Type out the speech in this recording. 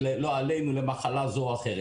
ולא עלינו למחלה זו או אחרת.